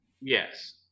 Yes